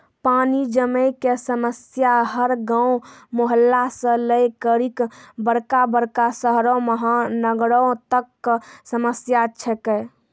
पानी जमै कॅ समस्या हर गांव, मुहल्ला सॅ लै करिकॅ बड़का बड़का शहरो महानगरों तक कॅ समस्या छै के